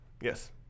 Yes